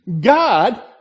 God